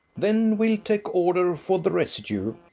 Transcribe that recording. then we'll take order for the residue.